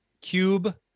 Cube